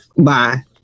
Bye